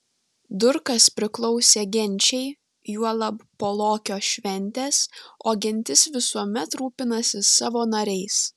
durkas priklausė genčiai juolab po lokio šventės o gentis visuomet rūpinasi savo nariais